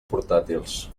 portàtils